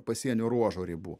pasienio ruožo ribų